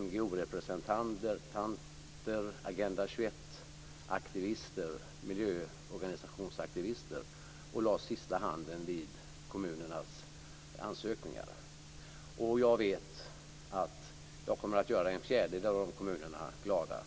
NGO-representanter, Agenda 21-aktivister och miljöorganisationsaktivister sista handen vid kommunernas ansökningar. Jag vet att jag kommer att göra en fjärdedel av de kommunerna glada.